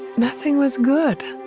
nothing was good.